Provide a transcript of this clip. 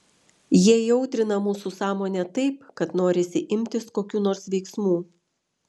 jie įaudrina mūsų sąmonę taip kad norisi imtis kokių nors veiksmų